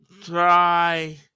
try